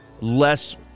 less